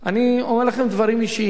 אני אומר לכם דברים אישיים.